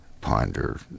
ponder